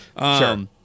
Sure